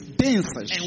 densas